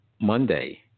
Monday